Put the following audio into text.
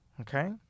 Okay